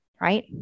right